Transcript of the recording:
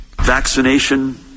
Vaccination